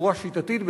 בצורה שיטתית,